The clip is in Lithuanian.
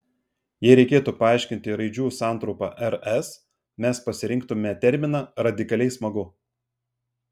jei reikėtų paaiškinti raidžių santrumpą rs mes pasirinktumėme terminą radikaliai smagu